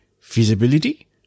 Feasibility